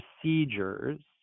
procedures